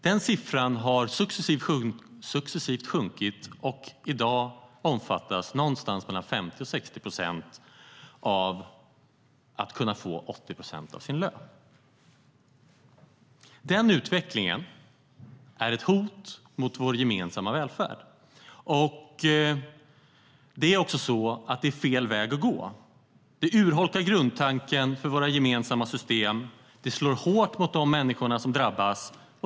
Den siffran har successivt sjunkit, och i dag omfattas någonstans mellan 50 och 60 procent av möjligheten att få 80 procent av sin lön. Den utvecklingen är ett hot mot vår gemensamma välfärd. Det är också så att det är fel väg att gå - det urholkar grundtanken för våra gemensamma system och slår hårt mot de människor som drabbas.